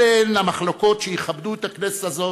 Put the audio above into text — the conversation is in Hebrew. אלה הן המחלוקות שיכבדו את הכנסת הזאת,